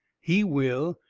he will.